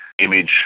image